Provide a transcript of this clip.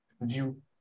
view